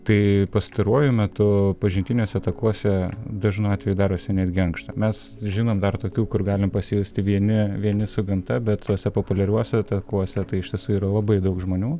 tai pastaruoju metu pažintiniuose takuose dažnu atveju darosi netgi ankšta mes žinom dar tokių kur galim pasijusti vieni vieni su gamta bet tuose populiariuose takuose tai iš tiesų yra labai daug žmonių